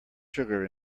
sugar